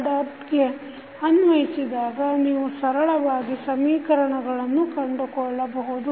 ಗೆ ಅನ್ವಯಿಸಿದಾಗ ನೀವು ಸರಳವಾಗಿ ಸಮೀಕರಣಗಳನ್ನು ಕಂಡುಕೊಳ್ಳಬಹುದು